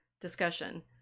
discussion